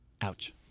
Ouch